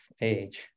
age